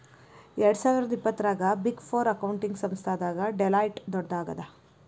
ಎರ್ಡ್ಸಾವಿರ್ದಾ ಇಪ್ಪತ್ತರಾಗ big four accounting ಸಂಸ್ಥಾದಾಗ ಡೆಲಾಯ್ಟ್ ದೊಡ್ಡದಾಗದ